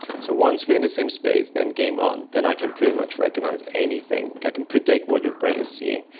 so once we are in the same space, then game on, then i can pretty much recognise anything, i can predict what your brain is seeing,